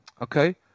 okay